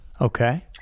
Okay